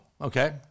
Okay